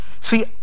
See